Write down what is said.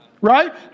right